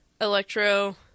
electro